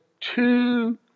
two